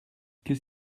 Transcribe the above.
qu’est